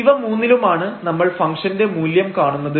ഇവ മൂന്നിലും ആണ് നമ്മൾ ഫംഗ്ഷന്റെ മൂല്യം കാണുന്നത്